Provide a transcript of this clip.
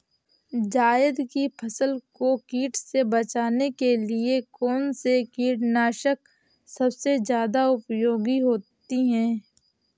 जायद की फसल को कीट से बचाने के लिए कौन से कीटनाशक सबसे ज्यादा उपयोगी होती है?